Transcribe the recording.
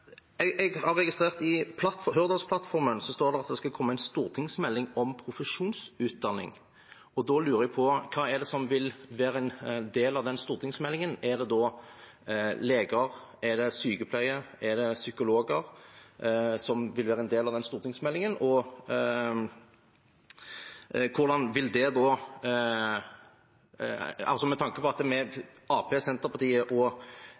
Jeg har registrert at det står i Hurdalsplattformen at det skal komme en stortingsmelding om profesjonsutdanning. Da lurer jeg på hva som vil være en del av den stortingsmeldingen. Er det leger, er det sykepleiere, er det psykologer som vil være en del av den stortingsmeldingen? Og med tanke på at Arbeiderpartiet, Senterpartiet, SV og Fremskrittspartiet fikk på